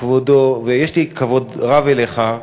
כבודו, ויש לי כבוד רב אליך,